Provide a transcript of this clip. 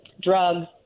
drugs